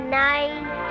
night